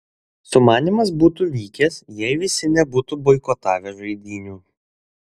sumanymas būtų vykęs jei visi nebūtų boikotavę žaidynių